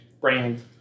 brand